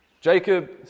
Jacob